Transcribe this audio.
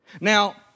Now